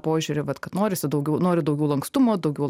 požiūrį vat kad norisi daugiau noriu daugiau lankstumo daugiau